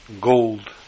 gold